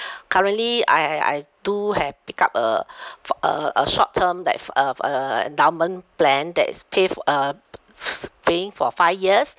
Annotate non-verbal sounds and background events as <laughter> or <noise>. <breath> currently I I I do have pick up a for a a short term that uh uh endowment plan that is pave uh <noise> paying for five years